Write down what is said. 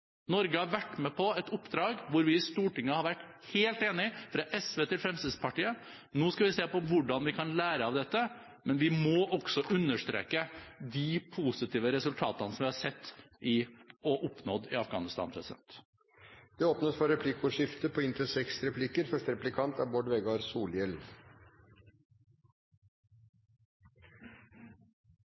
Norge har vært med på et oppdrag hvor vi i Stortinget har vært helt enige – fra SV til Fremskrittspartiet. Nå skal vi se på hvordan vi kan lære av dette, men vi må også understreke de positive resultatene som vi har sett og oppnådd i Afghanistan. Det åpnes for replikkordskifte. Det er